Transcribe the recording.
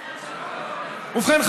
ובכן,